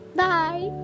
bye